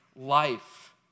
life